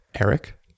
eric